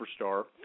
superstar